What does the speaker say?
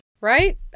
Right